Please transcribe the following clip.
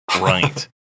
Right